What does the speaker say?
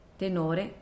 tenore